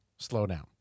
slowdown